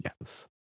Yes